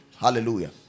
Hallelujah